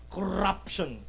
Corruption